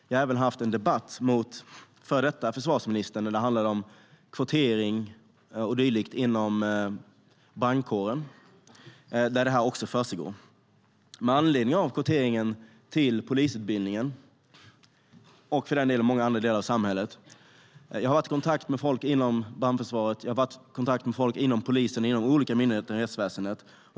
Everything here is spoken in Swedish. Jag har även haft en debatt med före detta försvarsministern som handlade om kvotering och dylikt inom brandkåren, där detta också försiggår. Med anledning av kvoteringen till polisutbildningen, och för den delen många andra delar av samhället, har jag varit i kontakt med människor inom brandförsvaret, inom polisen och inom de olika myndigheterna i rättsväsendet.